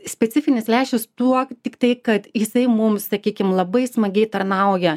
specifinis lęšis tuo tiktai kad jisai mums sakykim labai smagiai tarnauja